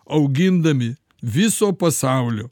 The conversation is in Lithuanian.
augindami viso pasaulio